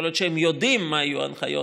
יכול להיות שהם יודעים מה יהיו ההנחיות,